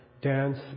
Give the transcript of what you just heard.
dance